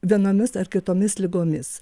vienomis ar kitomis ligomis